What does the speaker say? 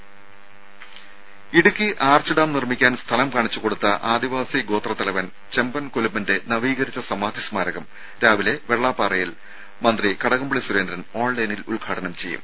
രുമ Idukki arch dam നിർമ്മിക്കാൻ സ്ഥലം കാണിച്ചു കൊടുത്ത ആദിവാസി ഗോത്ര തലവൻ ചെമ്പൻ കൊലുമ്പന്റെ നവീകരിച്ച സമാധി സ്മാരകം രാവിലെ വെള്ളാപ്പാറയിൽ മന്ത്രി കടകംപള്ളി സുരേന്ദ്രൻ ഓൺലൈനിൽ ഉദ്ഘാടനം ചെയ്യും